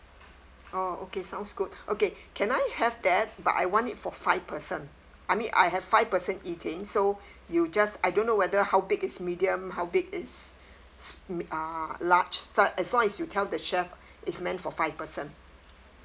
oh okay sounds good okay can I have that but I want it for five person I mean I have five person eating so you just I don't know whether how big is medium how big is s~ uh large as long as you tell the chef it's meant for five person